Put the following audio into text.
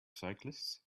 cyclists